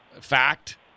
fact